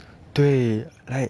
对 like